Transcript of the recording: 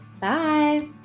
Bye